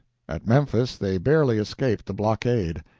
at memphis they barely escaped the blockade.